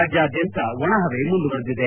ರಾಜ್ಯಾದ್ಯಂತ ಒಣ ಹವೆ ಮುಂದುವರೆದಿದೆ